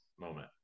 moment